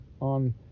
on